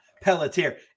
pelletier